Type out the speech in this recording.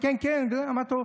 אמרתי לו: